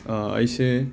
ꯑꯩꯁꯦ